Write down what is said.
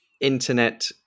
internet